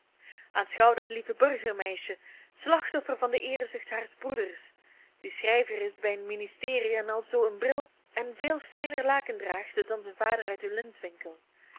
aanschouw dat lieve burgermeisje slachtoffer van de eerzucht haars broeders die schrijver is bij een ministerie en alzoo een bril en veel fijner laken draagt dan zijn vader uit den